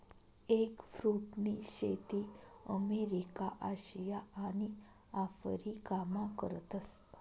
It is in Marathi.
एगफ्रुटनी शेती अमेरिका, आशिया आणि आफरीकामा करतस